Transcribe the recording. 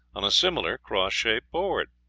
on a similar cross-shaped board.